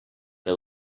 que